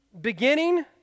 beginning